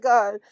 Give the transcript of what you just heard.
God